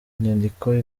inyandiko